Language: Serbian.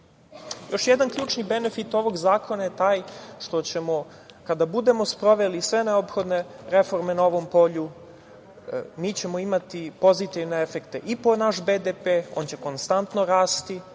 jedan ključni benefit, ovog zakona je taj, što ćemo kada budemo sproveli sve neophodne reforme na ovom polju, mi ćemo imati pozitivne efekte, i po naš BDP, on će konstanto rasti,